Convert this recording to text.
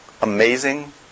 amazing